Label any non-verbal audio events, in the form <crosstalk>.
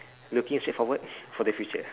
looking straight forward <breath> for the future